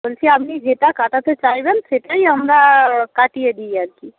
বলছি আপনি যেটা কাটাতে চাইবেন সেটাই আমরা কাটিয়ে দিই আর কি